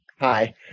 Hi